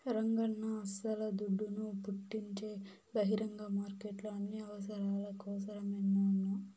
రంగన్నా అస్సల దుడ్డును పుట్టించే బహిరంగ మార్కెట్లు అన్ని అవసరాల కోసరమేనన్నా